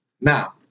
Now